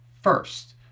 First